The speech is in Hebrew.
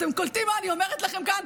אתם קולטים מה אני אומרת לכם כאן?